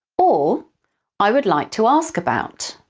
ah i would like to ask about,